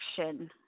action